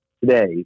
today